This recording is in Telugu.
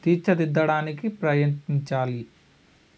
తీర్చిదిద్దడానికి ప్రయత్నించాలి